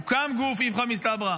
הוקם גוף "איפכא מסתברא".